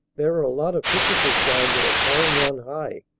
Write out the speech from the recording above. there are a lot of picnickers down there carrying on high.